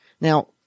Now